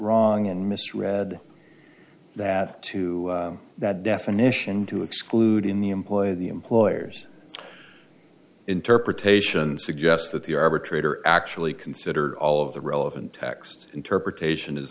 wrong and misread that too that definition to exclude in the employ of the employer's interpretation suggests that the arbitrator actually considered all of the relevant text interpretation is